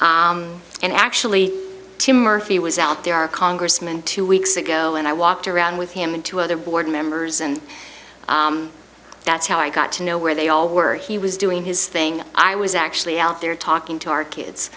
assistance and actually to murphy was out there our congressman two weeks ago and i walked around with him and two other board members and that's how i got to know where they all were he was doing his thing i was actually out there talking to our kids